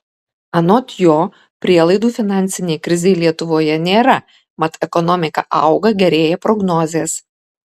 anot jo prielaidų finansinei krizei lietuvoje nėra mat ekonomika auga gerėja prognozės